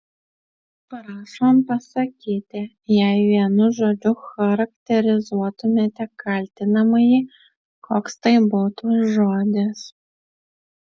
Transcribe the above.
prašom pasakyti jei vienu žodžiu charakterizuotumėte kaltinamąjį koks tai būtų žodis